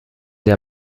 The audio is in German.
der